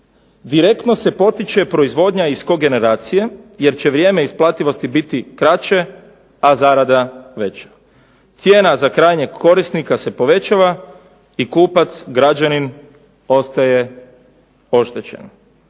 direktno se potiče proizvodnja iz kogenereacije jer će vrijeme isplativosti biti kraće, a zarada veća. Cijena za krajnjeg korisnika se povećava i kupac građanin ostaje oštećen.